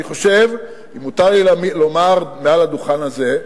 אני חושב, אם מותר לי לומר מעל הדוכן הזה,